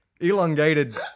elongated